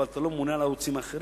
אבל אתה לא ממונה על הערוצים האחרים,